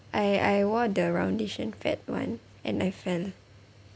I I wore the roundish and fat one and I fell